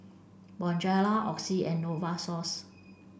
Bonjela Oxy and Novosource